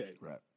Right